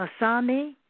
Masami